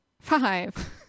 Five